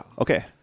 Okay